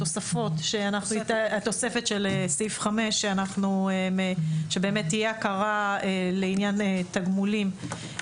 התוספת של סעיף 5 לכך שתהיה הכרה לעניין תגמולים,